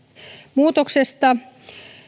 muutoksesta